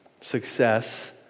Success